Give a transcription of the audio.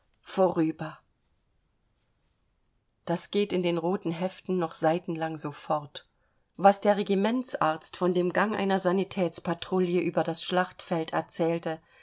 vorüber das geht in den roten heften noch seitenlang so fort was der regimentsarzt von dem gang einer sanitätspatrouille über das schlachtfeld erzählte